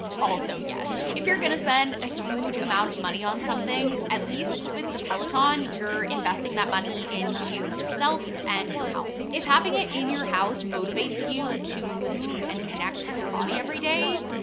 also yes. if you're going to spend a huge amount of money on something, at least with the peloton, you're investing that money into yourself and your health. if having it in your house motivates you to move and connect with your body every day,